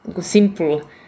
simple